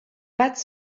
pattes